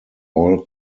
all